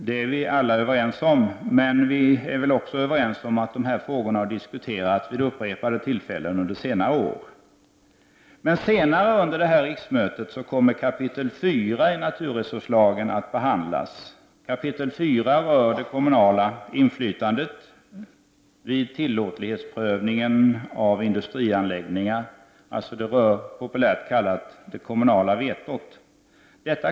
De frågor som berörs i dem har diskuterats vid upprepade tillfällen under senare år. Längre fram under detta riksmöte kommer kap. 4 i naturresurslagen att behandlas. Detta kapitel rör det kommunala inflytandet vid tillåtlighetsprövningen av industrianläggningar, populärt kallat det kommunala vetot.